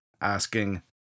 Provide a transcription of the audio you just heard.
asking